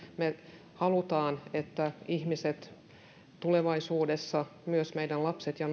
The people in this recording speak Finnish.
me haluamme että tulevaisuudessa ihmiset myös meidän lapsemme ja